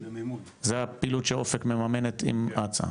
זה הפעילות שאופק מממנת עם הצ"ע.